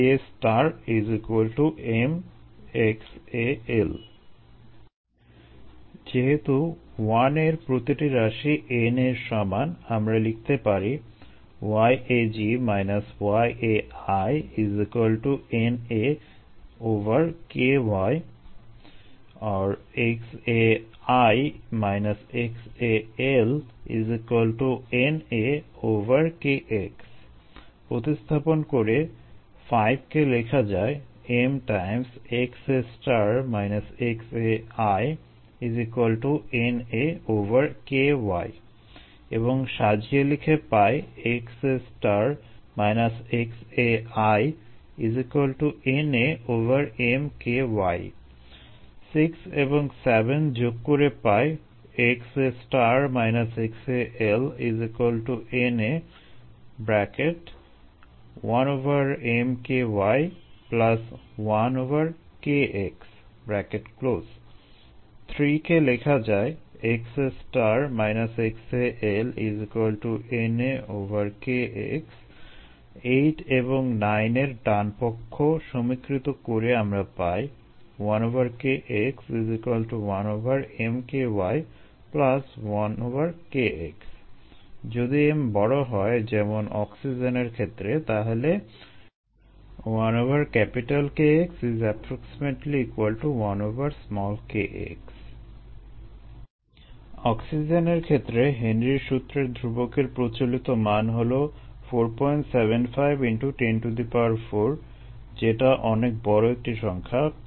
যেহেতু এর প্রতিটি রাশিই NA এর সমান আমরা লিখতে পারি প্রতিস্থাপন করে কে লেখা যায় এবং সাজিয়ে লিখে পাই যোগ করে পাই কে লেখা যায় এর ডানপক্ষ সমীকৃত করে আমরা পাই যদি m বড় হয় তাহলে অক্সিজেনের ক্ষেত্রে হেনরির সূত্রের ধ্রুবকের প্রচলিত মান হলো 475 x 104 যেটা অনেক বড় একটি সংখ্যা